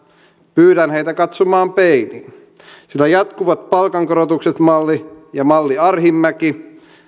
pyydän heitä katsomaan peiliin sillä jatkuvat palkankorotukset malli ja malli arhinmäki